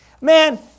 man